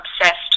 obsessed